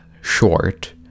short